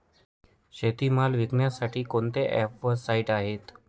शेतीमाल विकण्यासाठी कोणते ॲप व साईट आहेत?